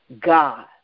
god